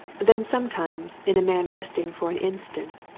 then sometimes in a man resting for an instant,